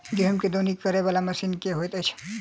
गेंहूँ केँ दौनी करै वला मशीन केँ होइत अछि?